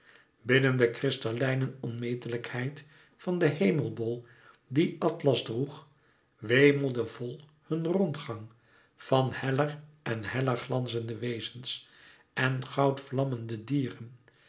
binnen de kristallijnen onmetelijkheid van den hemelbol dien atlas droeg wemelde vol hun rondgang van heller en heller glanzende wezens en goudvlammende dieren